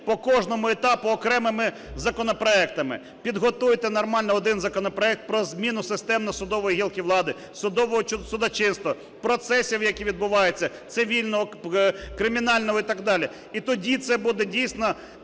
по кожному етапу окремими законопроектами? Підготуйте нормально один законопроект про зміну системну судової гілки влади, судового судочинства, процесів, які відбуваються: цивільного, кримінального і так далі. І тоді це буде дійсно